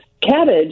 Cabbage